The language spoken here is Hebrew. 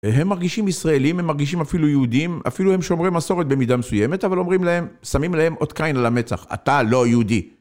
הם מרגישים ישראלים, הם מרגישים אפילו יהודים, אפילו הם שומרי מסורת במידה מסוימת, אבל אומרים להם, שמים להם אות קין על המצח. אתה לא יהודי.